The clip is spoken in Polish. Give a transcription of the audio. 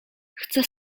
chcę